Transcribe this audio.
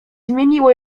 zmieniło